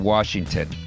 Washington